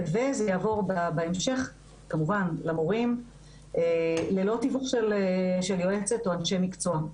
וזה יעבור בהמשך כמובן למורים ללא תיווך של יועצת או אנשי מקצוע.